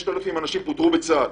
5,000 אנשים פוטרו מצה"ל.